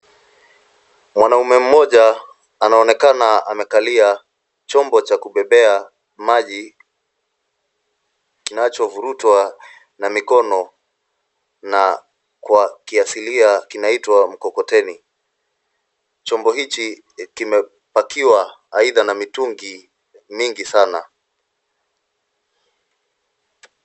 Mwanaume mmoja anaonekana amekalia chombo cha kubebea maji kinachovurutwa na mikono na kwa kiasilia kinaiwa mkokoteni. Chombo hichi aidha kimepakiwa na mitungi mingi sana.